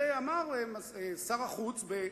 ושר החוץ אמר,